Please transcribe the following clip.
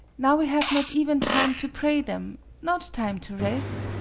now we have not even time to pray them not time to res'.